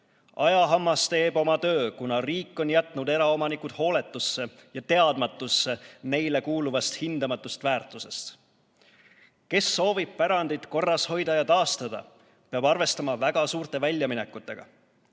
Ajahammas teeb oma töö, kuna riik on jätnud eraomanikud hooletusse ja teadmatusse neile kuuluvast hindamatut väärtusest. Kes soovib pärandit korras hoida ja taastada, peab arvestama väga suurte väljaminekutega.